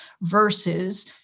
versus